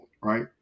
Right